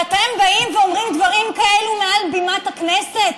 ואתם באים ואומרים דברים כאלה מעל בימת הכנסת?